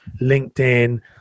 linkedin